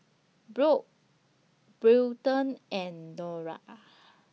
Brock Wilton and Nora